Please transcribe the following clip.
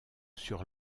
sur